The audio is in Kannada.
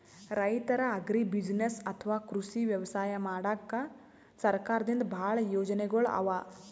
ರೈತರ್ ಅಗ್ರಿಬುಸಿನೆಸ್ಸ್ ಅಥವಾ ಕೃಷಿ ವ್ಯವಸಾಯ ಮಾಡಕ್ಕಾ ಸರ್ಕಾರದಿಂದಾ ಭಾಳ್ ಯೋಜನೆಗೊಳ್ ಅವಾ